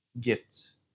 Gifts